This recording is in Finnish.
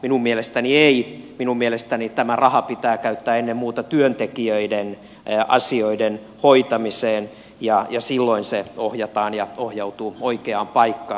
minun mielestäni ei minun mielestäni tämä raha pitää käyttää ennen muuta työntekijöiden asioiden hoitamiseen ja silloin se ohjataan ja ohjautuu oikeaan paikkaan